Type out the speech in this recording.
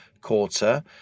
quarter